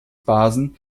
basen